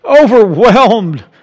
overwhelmed